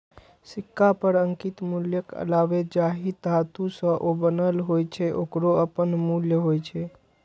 सिक्का पर अंकित मूल्यक अलावे जाहि धातु सं ओ बनल होइ छै, ओकरो अपन मूल्य होइ छै